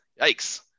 yikes